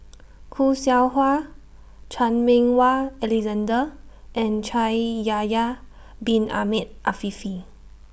Khoo Seow Hwa Chan Meng Wah Alexander and Shaikh Yahya Bin Ahmed Afifi